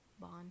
Bond